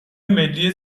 ملی